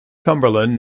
cumberland